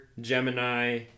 Gemini